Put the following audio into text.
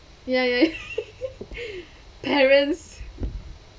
ya ya ya parents